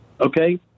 okay